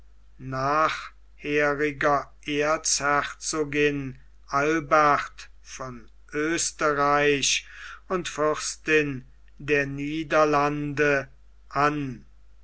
nachheriger erzherzogin albert von oesterreich und fürstin der niederlande an